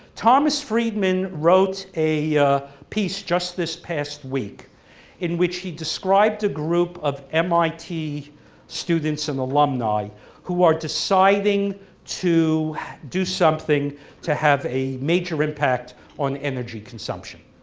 thomas friedman wrote a piece just this past week in which he described a group of mit students and alumni who are deciding to do something to have a major impact on energy consumption,